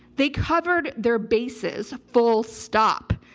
they covered their bases, full stop.